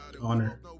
Honor